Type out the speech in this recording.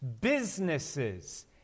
businesses